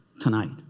tonight